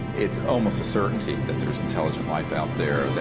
it's almost a certainty, that there's intelligent life out there,